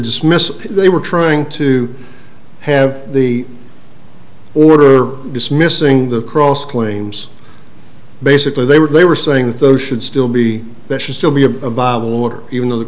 dismissal they were trying to have the order dismissing the cross claims basically they were they were saying that those should still be better still be a viable order even though the